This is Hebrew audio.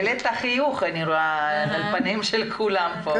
העלית חיוך על פניהם של כולם פה.